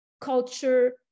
culture